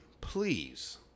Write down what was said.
please